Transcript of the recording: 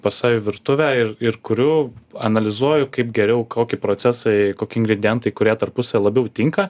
pas save į virtuvę ir ir kuriu analizuoju kaip geriau koki procesai koki ingredientai kurie tarpusavy labiau tinka